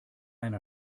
einer